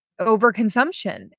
overconsumption